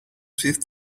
fifth